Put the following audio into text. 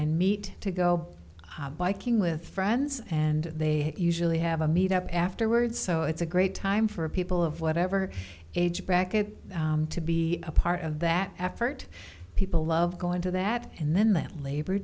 and meet to go biking with friends and they usually have a meet up afterwards so it's a great time for people of whatever age bracket to be a part of that effort people love going to that and then that labor